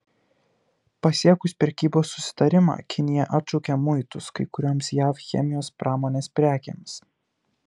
pasiekus prekybos susitarimą kinija atšaukė muitus kai kurioms jav chemijos pramonės prekėms